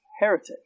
Heretic